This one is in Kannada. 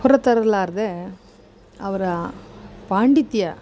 ಹೊರ ತರಲಾರದೆ ಅವರ ಪಾಂಡಿತ್ಯ